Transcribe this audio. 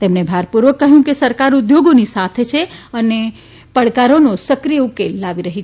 તેમણે ભારપૂર્વક કહ્યું કે સરકાર ઉદ્યોગોની સાથે છે અને પડકારોનો સક્રિય ઉકેલ લાવી રહી છે